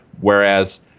Whereas